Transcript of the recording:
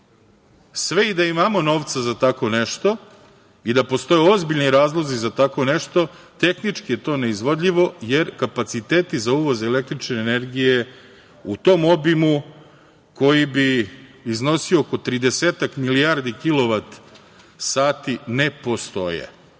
sve i da imamo novca za tako nešto i da postoje ozbiljni razlozi za tako nešto, tehnički je to neizvodljivo, jer kapaciteti za uvoz električne energije u tom obimu koji bi iznosio oko tridesetak milijardi kilovat